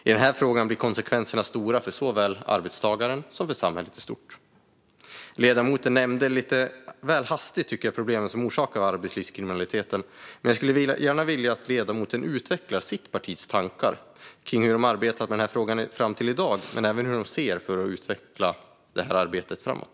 I den här frågan blir konsekvenserna stora för såväl arbetstagaren som samhället i stort. Ledamoten nämnde - lite väl hastigt, tyckte jag - problemen som orsakar arbetslivskriminaliteten. Jag skulle vilja att ledamoten utvecklar sitt partis tankar om hur man arbetat med den frågan fram till i dag men även hur de avser att utveckla arbetet framåt.